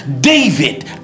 David